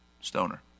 stoner